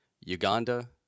Uganda